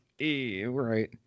right